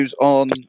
on